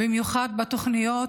במיוחד בתוכניות